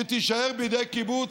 שתישאר בידי הקיבוץ.